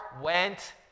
went